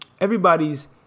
Everybody's